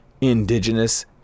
indigenous